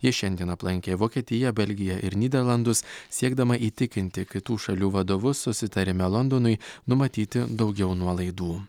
ji šiandien aplankė vokietiją belgiją ir nyderlandus siekdama įtikinti kitų šalių vadovus susitarime londonui numatyti daugiau nuolaidų